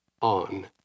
on